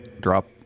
drop